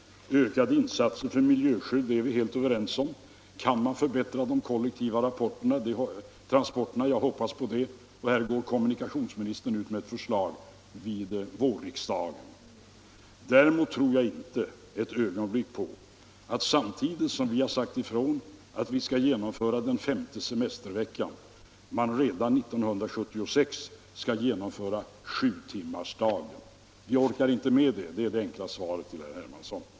Ökade insatser för miljöskydd är vi helt överens om. Kan vi förbättra de kollektiva transporterna? Jag hoppas på det, och här går kommunikationsministern ut med ett förslag i vår. Däremot tror jag inte ett ögonblick på att vi, när vi nu har sagt ifrån att vi skall införa den femte semesterveckan, redan 1976 skall kunna genomföra sjutimmarsdagen. Vi orkar inte med det — det är det enkla svaret till herr Hermansson.